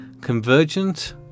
convergent